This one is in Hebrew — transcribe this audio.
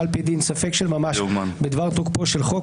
על-פי דין ספק של ממש בדבר תוקפו של חוק,